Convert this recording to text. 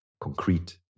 concrete